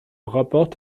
rapporte